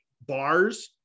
bars